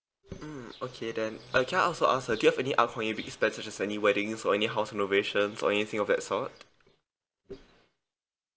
mm okay then uh can I also ask uh do you have any upcoming big expenses such as any weddings or any house renovation or anything of that sort